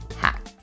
hack